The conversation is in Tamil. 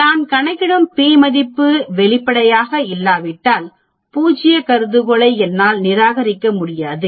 நான் கணக்கிடும் p மதிப்பு வெளிப்படையாக இல்லாவிட்டால் பூஜ்ய கருதுகோளை என்னால் நிராகரிக்க முடியாது